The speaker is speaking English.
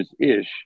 ish